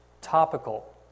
topical